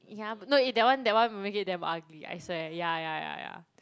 yeah but no eh that one that one will make it damn ugly I swear ya ya ya ya